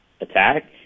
attack